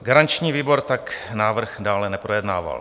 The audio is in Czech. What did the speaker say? Garanční výbor tak návrh dále neprojednával.